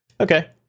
okay